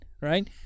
right